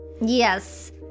Yes